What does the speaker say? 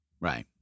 Right